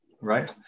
right